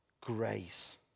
grace